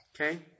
okay